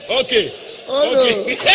Okay